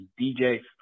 DJ's